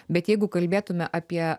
bet jeigu kalbėtume apie